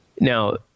Now